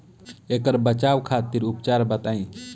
ऐकर बचाव खातिर उपचार बताई?